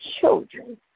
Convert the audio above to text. children